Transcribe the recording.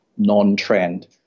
non-trend